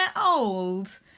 old